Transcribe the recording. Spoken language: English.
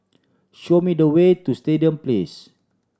show me the way to Stadium Place